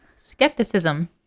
Skepticism